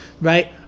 Right